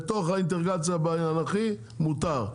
בתוך האינטגרציה באנכי מותר,